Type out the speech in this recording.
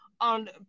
on